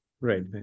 right